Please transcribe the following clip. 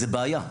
זה בעיה,